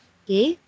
okay